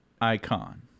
icon